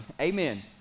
Amen